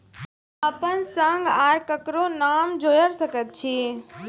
अपन संग आर ककरो नाम जोयर सकैत छी?